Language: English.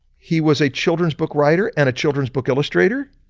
he was a children's book writer and a children's book illustrator,